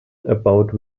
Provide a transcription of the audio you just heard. about